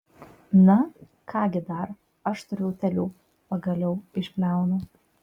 na ką gi dar aš turiu utėlių pagaliau išbliaunu